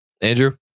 Andrew